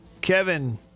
Kevin